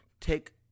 take